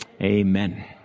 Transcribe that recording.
Amen